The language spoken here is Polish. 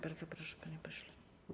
Bardzo proszę, panie pośle.